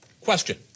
Question